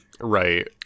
Right